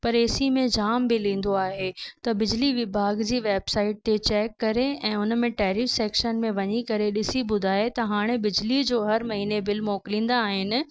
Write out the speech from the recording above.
पर एसी में जाम बिल ईंदो आहे त बिजली विभाग जी वेबसाइट ते चैक करे ऐं उन में टैरी सेक्शन में वञी करे ॾिसी ॿुधाए त हाणे बिजली जो हरु महीने बिल मोकिलींदा आहिनि